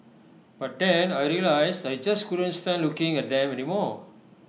but then I realised I just couldn't stand looking at them anymore